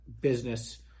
business